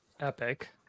epic